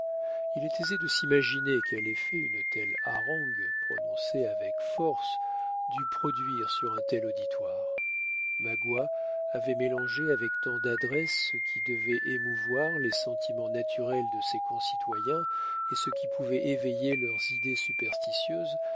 il est aisé de s'imaginer quel effet une telle harangue prononcée avec force dut produire sur un tel auditoire magua avait mélangé avec tant d'adresse ce qui devait émouvoir les sentiments naturels de ses concitoyens et ce qui pouvait éveiller leurs idées superstitieuses